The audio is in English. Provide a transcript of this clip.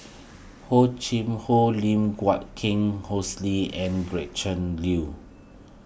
Hor Chim Hor Lim Guat Kheng Hosie and Gretchen Liu